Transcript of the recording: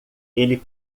ele